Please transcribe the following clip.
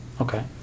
Okay